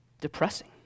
depressing